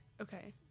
Okay